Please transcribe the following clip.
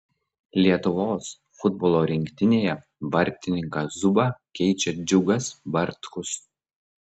lietuvos futbolo rinktinėje vartininką zubą keičia džiugas bartkus